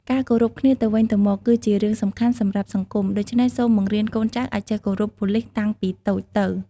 ការគោរពគ្នាទៅវិញទៅមក គឺជារឿងសំខាន់សម្រាប់សង្គម ដូច្នេះសូមបង្រៀនកូនចៅឱ្យចេះគោរពប៉ូលិសតាំងពីតូចទៅ។